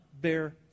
bear